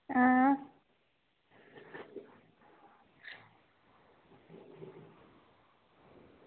आं